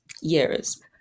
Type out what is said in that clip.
years